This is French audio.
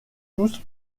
tous